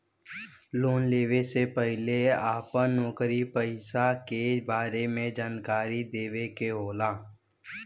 Loan लेवे से पहिले अपना नौकरी पेसा के बारे मे जानकारी देवे के होला?